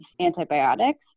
antibiotics